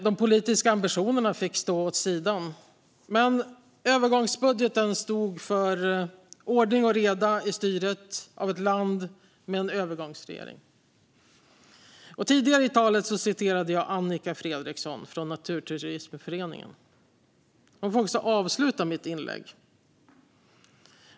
De politiska ambitionerna fick stå åt sidan, men övergångsbudgeten stod för ordning och reda i styret av ett land med en övergångsregering. Tidigare i mitt anförande citerade jag Annika Fredriksson från Naturturismföretagen, och hon får också avsluta mitt inlägg.